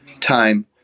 time